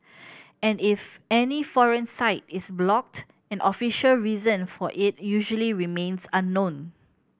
and if any foreign site is blocked an official reason for it usually remains unknown